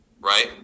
Right